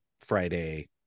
friday